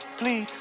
please